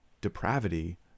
depravity